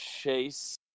Chase